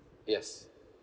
yes